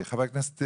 חבר הכנסת